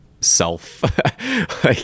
self